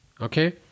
Okay